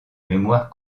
mémoire